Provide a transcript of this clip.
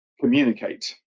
communicate